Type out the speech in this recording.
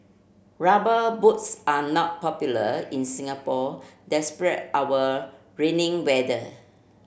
rubber boots are not popular in Singapore despite our rainy weather